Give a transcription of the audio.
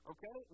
Okay